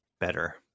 better